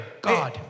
God